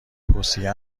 توصیه